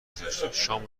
گذاشته، شام